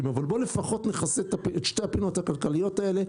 אבל בואו לפחות נכסה את שתי הפינות הכלכליות האלה,